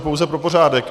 Pouze pro pořádek.